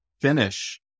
finish